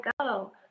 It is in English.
go